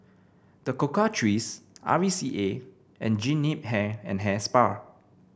The Cocoa Trees R V C A and Jean Yip Hair and Hair Spa